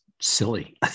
silly